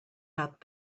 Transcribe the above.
got